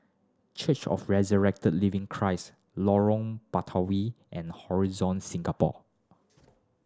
Church of Resurrected Living Christ Lorong Batawi and Horizon Singapore